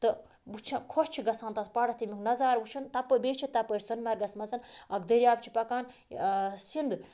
تہٕ وٕچھان خۄش چھِ گژھان تَتھ پہاڑَس تمیُک نظارٕ وٕچھُن تَپہٕ بیٚیہِ چھِ تَپٲرۍ سۄنہٕ مرگَس منٛز اَکھ دٔریاب چھِ پَکان سِنٛدھ